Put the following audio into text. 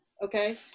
okay